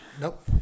Nope